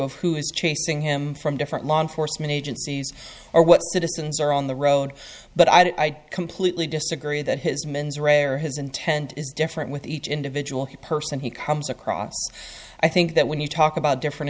of who is chasing him from different law enforcement agencies or what citizens are on the road but i completely disagree that his mens rea or his intent is different with each individual person he comes across i think that when you talk about different